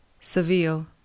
Seville